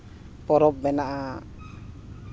ᱯᱚᱨᱚᱵᱽ ᱢᱮᱱᱟᱜᱼᱟ